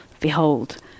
Behold